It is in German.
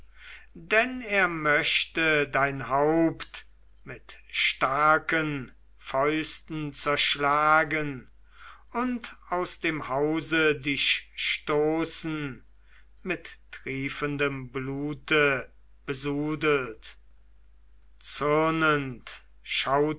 denn er möchte dein haupt mit starken fäusten zerschlagen und aus dem hause dich stoßen mit triefendem blute besudelt zürnend